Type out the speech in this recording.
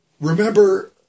remember